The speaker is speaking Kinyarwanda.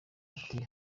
ati